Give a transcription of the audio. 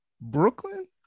Brooklyn